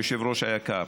היושב-ראש היקר,